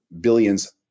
billions